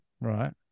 Right